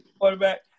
quarterback